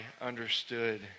understood